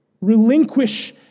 Relinquish